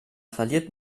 verliert